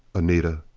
anita!